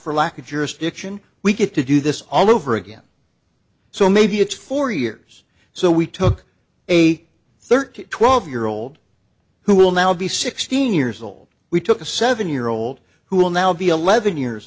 for lack of jurisdiction we get to do this all over again so maybe it's four years so we took a thirty twelve year old who will now be sixteen years old we took a seven year old who will now be eleven years